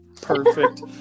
Perfect